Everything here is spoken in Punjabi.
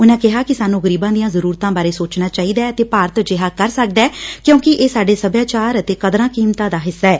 ਉਨਾਂ ਕਿਹਾ ਕਿ ਸਾਨੰ ਗਰੀਬਾਂ ਦੀਆਂ ਜਰੁਰਤਾਂ ਬਾਰੇ ਸੋਚਣਾ ਚਾਹੀਦੈ ਅਤੇ ਭਾਰਤ ਅਜਿਹਾ ਕਰ ਸਕਦੈ ਕਿਉਂਕਿ ਇਹ ਸਾਡੇ ਸੱਭਿਆਚਾਰ ਅਤੇ ਕਦਰਾਂ ਕੀਮਤਾਂ ਦਾ ਹਿੱਸਾ ਏ